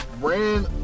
ran